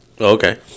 Okay